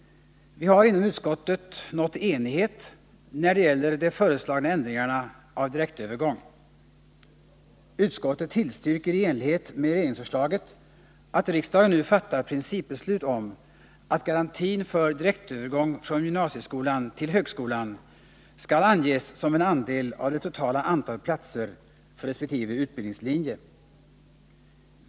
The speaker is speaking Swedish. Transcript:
Vi har inom utskottet nått enighet när det gäller de föreslagna ändringarna av direktövergång. Utskottet tillstyrker i enlighet med regeringsförslaget att riksdagen nu fattar principbeslut om att garantin för direktövergång från gymnasieskolan till högskolan skall anges som en andel av det totala antalet platser för resp. utbildningslinje.